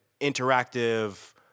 interactive